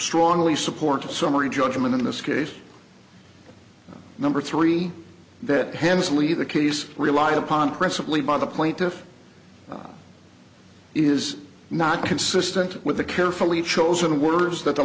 strongly supports a summary judgment in this case number three that hensley the case relied upon presently by the plaintiff is not consistent with the carefully chosen words that the